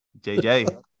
JJ